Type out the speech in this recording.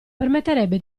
permetterebbe